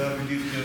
זה אבי דיכטר,